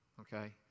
Okay